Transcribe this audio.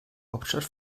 hauptstadt